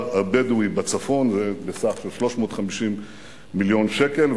הבדואי בצפון בסך של 350 מיליון שקל,